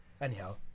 Anyhow